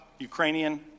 Ukrainian